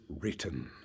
written